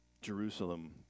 Jerusalem